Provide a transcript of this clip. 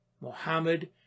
Mohammed